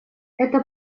это